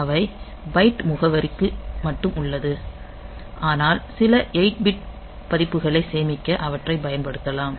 அவை பைட் முகவரிக்கு மட்டுமே உள்ளன ஆனால் சில 8 பிட் மதிப்புகளைச் சேமிக்க அவற்றைப் பயன்படுத்தலாம்